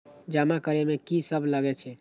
जमा करे में की सब लगे छै?